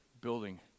building